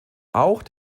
auch